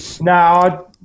No